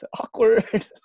awkward